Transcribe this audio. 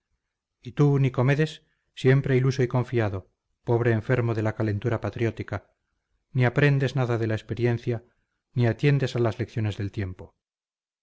y tú nicomedes siempre iluso y confiado pobre enfermo de la calentura patriótica ni aprendes nada de la experiencia ni atiendes a las lecciones del tiempo